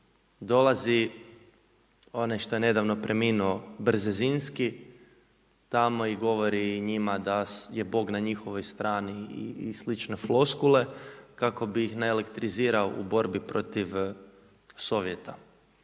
dolazi onaj što je nedavno preminuo Brzinski tamo i govori njima da je Bog na njihovoj stranici i slične floskule kako bi ih naelektrizirao u borbi protiv sovjeta.